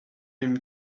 him